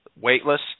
Weightless